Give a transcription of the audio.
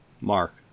Mark